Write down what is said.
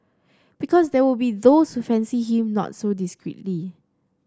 because there will be those who fancy him not so discreetly